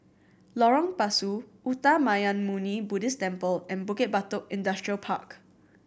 Lorong Pasu Uttamayanmuni Buddhist Temple and Bukit Batok Industrial Park